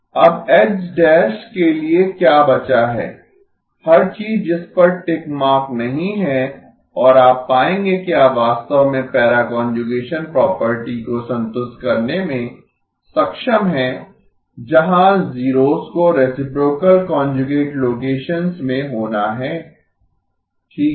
अब के लिए क्या बचा है हर चीज जिस पर टिक मार्क नहीं है और आप पाएंगे कि आप वास्तव में पैरा कांजुगेसन प्रॉपर्टी को संतुष्ट करने में सक्षम हैं जहां जीरोस को रेसिप्रोकल कांजुगेट लोकेशनसंस में होना है ठीक है